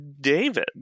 David